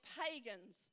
pagans